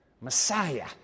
Messiah